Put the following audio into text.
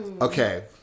Okay